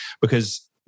because-